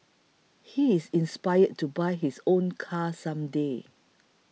he is inspired to buy his own car some day